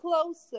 closer